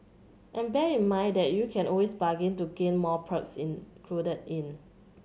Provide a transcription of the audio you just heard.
and bear in mind that you can always bargain to get more perks included in